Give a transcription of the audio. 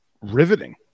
riveting